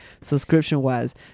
subscription-wise